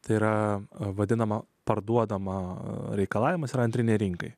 tai yra vadinama parduodama reikalavimas yra antrinei rinkai